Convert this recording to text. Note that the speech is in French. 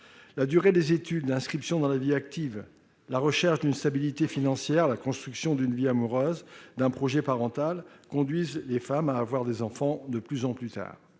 La durée des études, l'inscription dans la vie active, la recherche d'une stabilité financière, la construction d'une vie amoureuse et d'un projet parental conduisent les femmes à avoir des enfants de plus en plus tard.